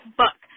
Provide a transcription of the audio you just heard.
book